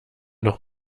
noch